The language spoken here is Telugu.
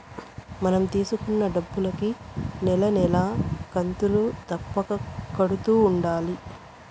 మనం తీసుకున్న డబ్బులుకి నెల నెలా కంతులు తప్పక కడుతూ ఉండాలి